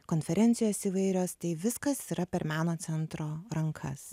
konferencijos įvairios tai viskas yra per meno centro rankas